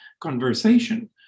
conversation